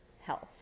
health